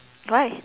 why